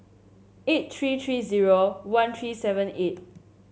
eight tree tree zero one tree seven eight